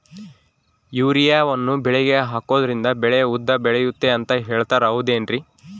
ಯೂರಿಯಾವನ್ನು ಬೆಳೆಗೆ ಹಾಕೋದ್ರಿಂದ ಬೆಳೆ ಉದ್ದ ಬೆಳೆಯುತ್ತೆ ಅಂತ ಹೇಳ್ತಾರ ಹೌದೇನ್ರಿ?